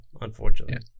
unfortunately